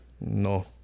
No